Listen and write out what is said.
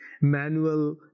manual